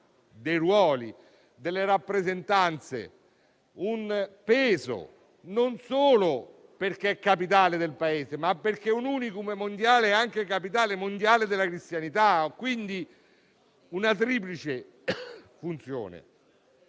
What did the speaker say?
dei ruoli, delle rappresentanze, un peso non solo perché è capitale del Paese, ma perché è un *unicum* in quanto capitale mondiale della cristianità. La sua funzione